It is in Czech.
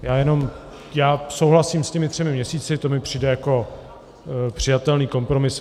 Já jenom souhlasím s těmi třemi měsíci, to mi přijde jako přijatelný kompromis.